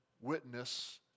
witness